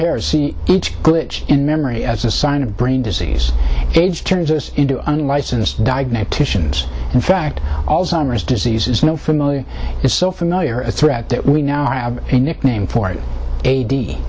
or see each glitch in memory as a sign of brain disease age turns us into unlicensed diagnosticians in fact all summers disease is no familiar it's so familiar a threat that we now have a nickname for eighty